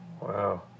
Wow